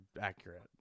accurate